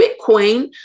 Bitcoin